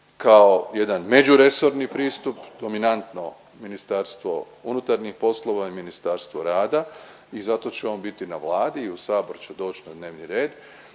kao jedan međuresorni pristup, dominantno Ministarstvo unutarnjih poslova i Ministarstvo rada i zato će on biti na Vladi i u Sabor će doći na dnevni red